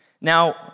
Now